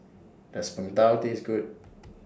Does Png Tao Taste Good